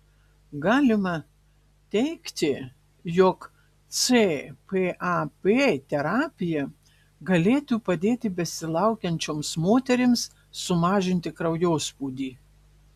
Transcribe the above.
galima teigti jog cpap terapija galėtų padėti besilaukiančioms moterims sumažinti kraujospūdį